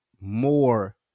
more